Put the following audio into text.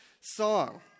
song